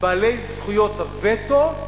בעלי זכויות הווטו,